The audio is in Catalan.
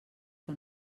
que